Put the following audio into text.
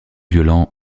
violent